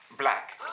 Black